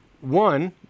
one